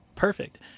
Perfect